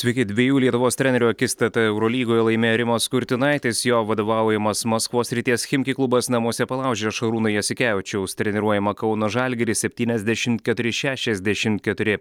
sveiki dviejų lietuvos trenerių akistatą eurolygoje laimėjo rimas kurtinaitis jo vadovaujamas maskvos srities chimki klubas namuose palaužė šarūno jasikevičiaus treniruojamą kauno žalgirį septyniasdešimt keturi šešiasdešimt keturi